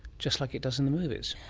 just like it does in the movies.